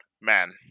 man